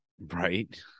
right